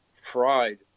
fried